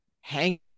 hang